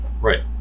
Right